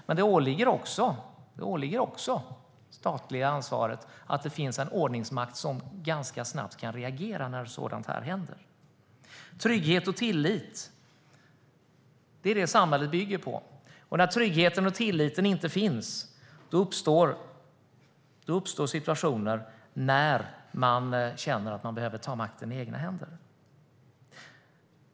Men det åligger också det statliga ansvaret att det finns en ordningsmakt som ganska snabbt kan reagera när sådant här händer. Samhället bygger på trygghet och tillit. När tryggheten och tilliten inte finns uppstår situationer när människor känner att de behöver ta makten i egna händer.